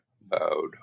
bowed